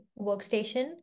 workstation